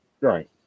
Right